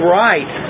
right